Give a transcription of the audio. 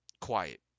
quiet